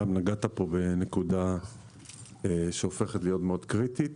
נגעת פה בנקודה שהופכת להיות מאוד קריטית.